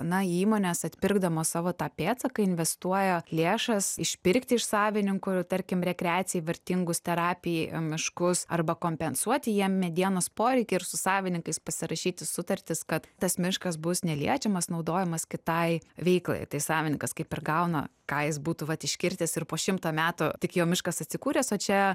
na įmonės atpirkdamos savo tą pėdsaką investuoja lėšas išpirkti iš savininkų ir tarkim rekreacijai vertingus terapijai miškus arba kompensuoti jiem medienos poreikį ir su savininkais pasirašyti sutartis kad tas miškas bus neliečiamas naudojamas kitai veiklai tai savininkas kaip ir gauna ką jis būtų vat iškirtęs ir po šimto metų tik jo miškas atsikūręs o čia